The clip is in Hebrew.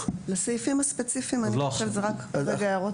לסעיפים הספציפיים אני חושבת שזה רק הערות